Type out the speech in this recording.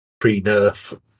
pre-nerf